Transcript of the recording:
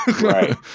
right